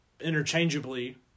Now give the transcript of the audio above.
interchangeably